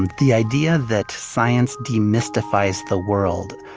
and the idea that science demystifies the world,